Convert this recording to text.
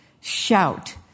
Shout